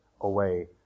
away